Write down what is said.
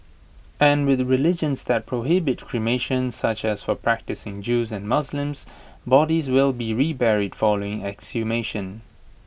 and with religions that prohibit cremation such as for practising Jews and Muslims bodies will be reburied following exhumation